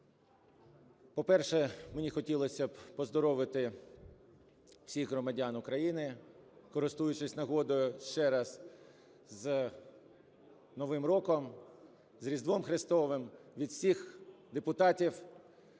По-перше, мені хотілося б поздоровити всіх громадян України, користуючись нагодою, ще раз з Новим роком, з Різдвом Христовим, від всіх депутатів